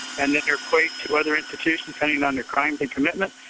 and then they're placed to other institutions depending on their crime and commitment.